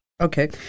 Okay